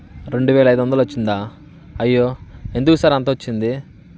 రెండు వేల ఐదు వందలు వచ్చిందా అయ్యో ఎందుకు సార్ అంత వచ్చింది